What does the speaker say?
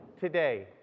today